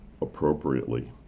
appropriately